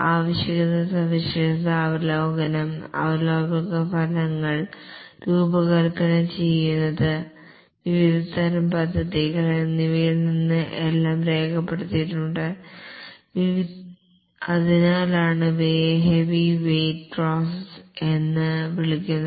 ആവശ്യകത സവിശേഷത അവലോകനങ്ങൾ അവലോകന ഫലങ്ങൾ രൂപകൽപ്പന ചെയ്യുന്ന വിവിധതരം പദ്ധതികൾ എന്നിവയിൽ നിന്ന് എല്ലാം രേഖപ്പെടുത്തേണ്ടതുണ്ട് അതിനാലാണ് ഇവയെ ഹെവി വെയ്റ്റ് പ്രോസസ് എന്ന് വിളിക്കുന്നത്